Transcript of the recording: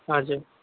हजुर